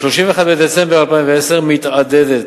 ב-31 בדצמבר 2010 מתעתדת